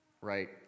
right